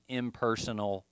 impersonal